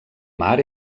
mar